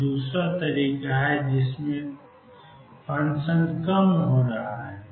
यह दूसरा तरीका है जिससे फंक्शन कम हो रहा है